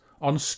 on